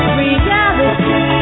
reality